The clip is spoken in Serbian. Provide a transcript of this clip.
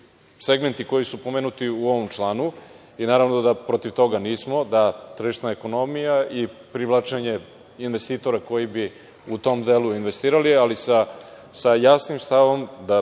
segmenti koji su pomenuti u ovom članu i naravno da protiv toga nismo, da tržišna ekonomija i privlačenje investitora koji bi u tom delu investirali, ali sa jasnim stavom da